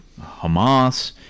Hamas